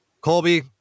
Colby